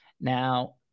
Now